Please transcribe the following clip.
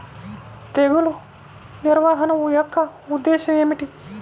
తెగులు నిర్వహణ యొక్క ఉద్దేశం ఏమిటి?